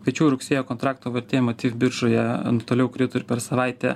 tačiau rugsėjo kontrakto vertė matyt biržoje toliau krito ir per savaitę